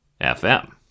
FM